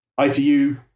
ITU